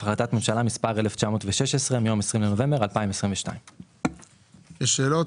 החלטת ממשלה מספר 1916 מיום 20 בנובמבר 2022. יש שאלות?